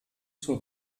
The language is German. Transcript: zur